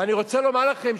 ואני רוצה לומר לכם,